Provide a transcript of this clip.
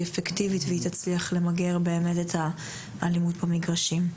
אפקטיבית והיא תצליח למגר באמת את האלימות במגרשים.